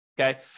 okay